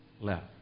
left